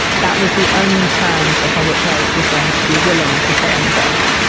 that was the only terms upon which i was going to be willing to stay on this earth.